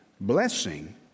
blessing